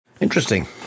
interesting